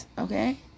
Okay